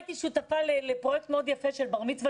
הייתי שותפה לפרויקט מאוד יפה של בר מצווה